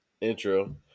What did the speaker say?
intro